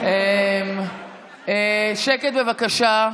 שקט, בבקשה.